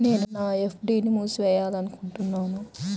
నేను నా ఎఫ్.డీ ని మూసివేయాలనుకుంటున్నాను